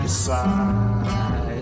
decide